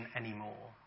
anymore